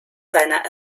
seiner